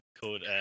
called